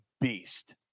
beast